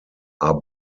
are